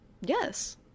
Yes